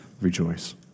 rejoice